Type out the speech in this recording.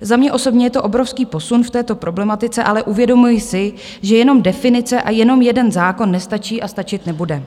Za mě osobně je to obrovský posun v této problematice, ale uvědomuji si, že jenom definice a jenom jeden zákon nestačí a stačit nebude.